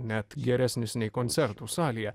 net geresnis nei koncertų salėje